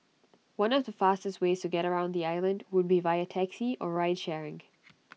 one of the fastest ways to get around the island would be via taxi or ride sharing